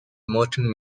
merton